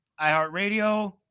iHeartRadio